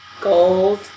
gold